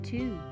Two